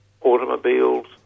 automobiles